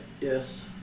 Yes